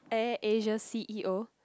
AirAsia C_E_O